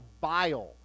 bile